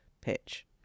pitch